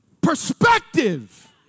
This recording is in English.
Perspective